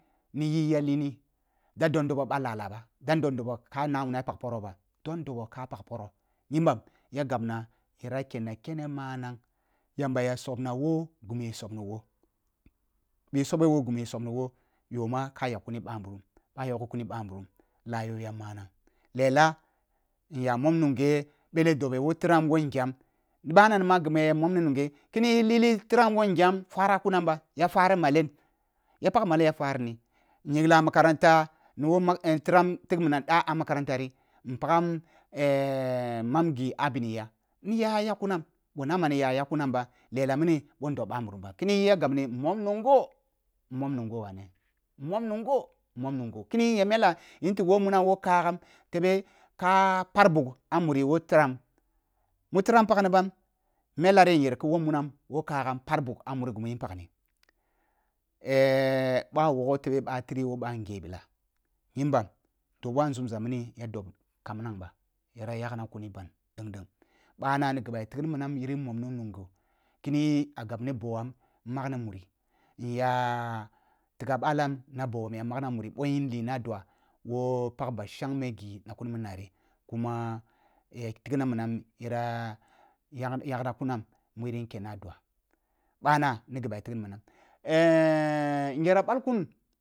Mi yi ya li ni da don dobo ba lala ba ka na wuna pag poro ba don dobo ka pag poro nyimbam ya gabna yara ken, kene manang yamba ya sabna boh gimu subni boh bih sube ghi mi subni boh yoh ma ka yak kuni ba nburum ba yago kuni ba nburum la yo ya manang lela nya mom munghe belle dobe mo tiran woh ngyam ghi bana ni ma ghimu ya mom na nunghe kini yi li li tiram woh ngyam fari a kunam ba ya pag malen ya fari ni in yirla makranta ni tiram tig minam ɗa ah makaranta ri in payam mam ghi a bini ya ni ya ya yak kuma boh nama ah yak kumam ba lela mini boh ndob ba nburan ba kiniyi ya gab n. In mom nungho mon nongho kini yi mda in tig woa munam woh laagham tebe ka par bug a bini woh tiram mu tiram pagni bam mela ri nyer ki woh munam woh kagam par bug a mori ghi yin pagni boh a wogho tebe ba tiri woh bah ngebila dobo a nzumza mina ya dob kamana ba yara yagna kunī ban deng deng ɓana nighi mu ya tighi minam yin momni nungho kini yi agab ni boh’am magni muri inya tiga balam na bnyam ja magna muri boh yia lina du’a woh pag ba shangme ghi na kuni mini nari gu mwa figna minam yera yagna kunam muyirin kenan du’a bana ni ghi mu ya tigni minam in yera ɓal kum.